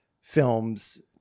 films